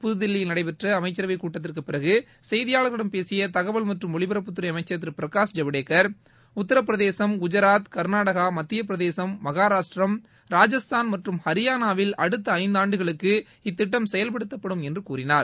புத்தில்லியில் நடைபெற்ற அமைச்சரவைக் கூட்டத்திற்கு பிறகு செய்தியாளர்களிடம் பேசிய தகவல் மற்றும் ஒலிபரப்புத்துறை அளமக்சர் திரு பிரகாஷ் ஜவ்டேக்கர் உத்தரப்பிரதேசம் குஜராத் கர்நாடகா மத்தியப்பிரதேசம் மகாராஷ்டிரம் ராஜஸ்தான் மற்றும் ஹரியானாவில் அடுத்த இந்தாண்டுகளுக்கு இத்திட்டம் செயல்படுத்தப்படும் என்று கூறினார்